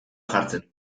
jartzen